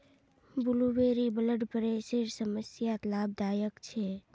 blueberry blood प्रेशरेर समस्यात लाभदायक छे